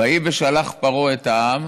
"ויהי בשלח פרעה את העם